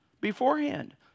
beforehand